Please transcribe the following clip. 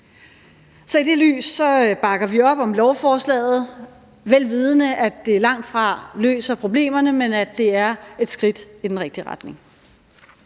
Så i det lys bakker vi op om lovforslaget, vel vidende at det langtfra løser problemerne, men at det dog er et skridt i den rigtige retning.